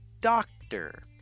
doctor